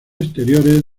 exteriores